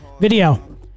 video